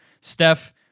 Steph